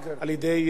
שר הביטחון,